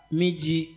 miji